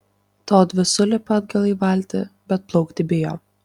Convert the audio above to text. todvi sulipa atgal į valtį bet plaukti bijo